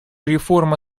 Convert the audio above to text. реформа